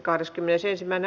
asia